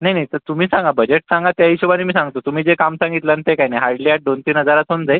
नाही नाही सर तुम्ही सांगा बजेट सांगा त्या हिशेबाने मी सांगतो तुम्ही जे काम सांगितलं ते काय नाही हार्डली दोनतीन हजारात होऊन जाईल